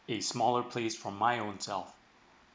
a small place for my ownself